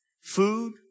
Food